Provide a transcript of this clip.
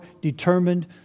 determined